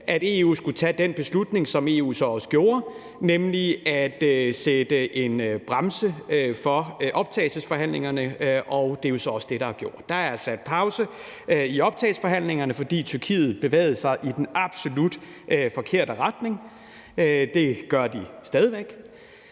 at EU skulle tage den beslutning, som EU så også tog, nemlig at sætte en bremse på optagelsesforhandlingerne, og det er jo så også det, der er gjort. Der er trykket pause i optagelsesforhandlingerne, fordi Tyrkiet bevægede sig i den absolut forkerte retning. Det gør de stadig væk.